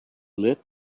lit